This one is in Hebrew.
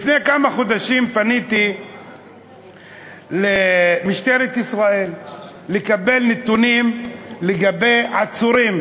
לפני כמה חודשים פניתי למשטרת ישראל לקבל נתונים לגבי עצורים.